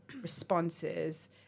responses